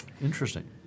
Interesting